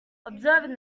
observing